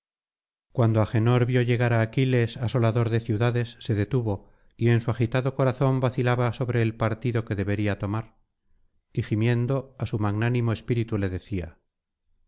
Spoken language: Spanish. cuando agenor vio llegar á aquiles asolador de ciudades se detuvo y en su agitado corazón vacilaba sobre el partido que debería tomar y gimiendo á su magnánimo espíritu le decía